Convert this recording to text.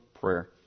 prayer